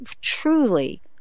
truly